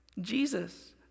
Jesus